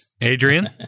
Adrian